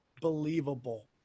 Believable